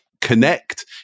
connect